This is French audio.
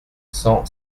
cent